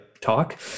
talk